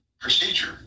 procedure